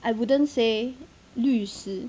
I wouldn't say 律师